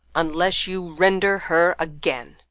unless you render her again.